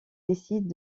décide